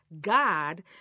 God